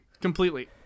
completely